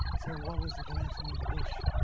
so what was the connection with the bush?